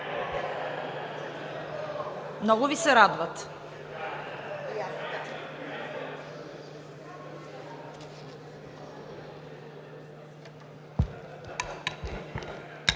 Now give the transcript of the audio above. Много Ви се радват!